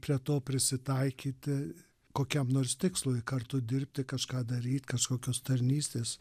prie to prisitaikyti kokiam nors tikslui kartu dirbti kažką daryt kažkokios tarnystės